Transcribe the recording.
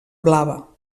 blava